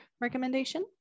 recommendation